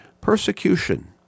Persecution